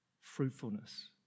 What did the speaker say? fruitfulness